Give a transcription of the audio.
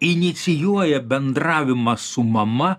inicijuoja bendravimą su mama